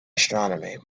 astronomy